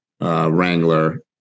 Wrangler